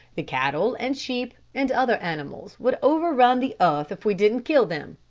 the cattle and sheep, and other animals would over-run the earth, if we didn't kill them.